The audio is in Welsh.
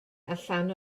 allan